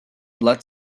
blood